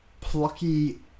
plucky